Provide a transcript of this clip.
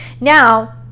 now